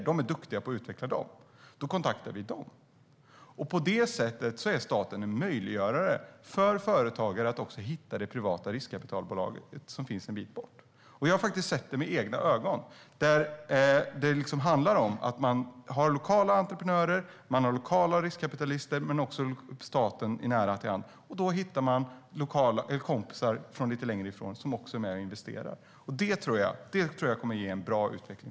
De är duktiga på att utveckla dem. Alltså kontaktar de dem. På det sättet gör staten det möjligt för företagare att hitta det privata riskkapitalbolaget som finns en bit bort. Jag har med egna ögon sett det hända. Det handlar om att ha lokala entreprenörer och lokala riskkapitalister men även om att ha staten nära till hands. På det sättet hittar man kompisar lite längre bort som är med och investerar. Det tror jag kommer att ge Sverige en bra utveckling.